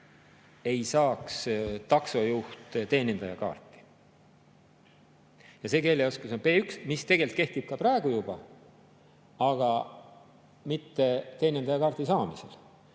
ei saaks taksojuht teenindajakaarti. Ja see keeleoskus on B1, mis tegelikult kehtib juba praegu, aga mitte teenindajakaardi saamisel.